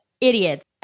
idiots